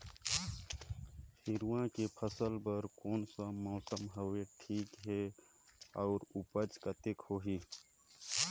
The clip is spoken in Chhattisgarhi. हिरवा के फसल बर कोन सा मौसम हवे ठीक हे अउर ऊपज कतेक होही?